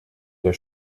der